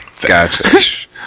gotcha